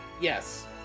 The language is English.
Yes